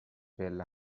پله